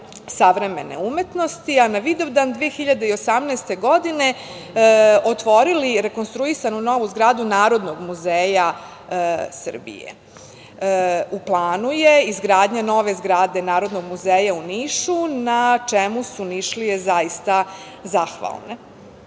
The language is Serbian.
savremene umetnosti, a na Vidovdan 2018. godine otvorili rekonstruisanu novu zgradu Narodnog muzeja Srbije. U planu je izgradnja nove zgrade Narodnog muzeja u Nišu, na čemu su Nišlije zaista zahvalne. Kada